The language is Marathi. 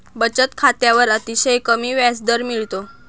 बचत खात्यावर अतिशय कमी व्याजदर मिळतो